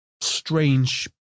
strange